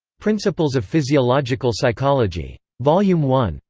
principles of physiological psychology. volume one.